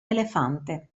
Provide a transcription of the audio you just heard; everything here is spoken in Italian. elefante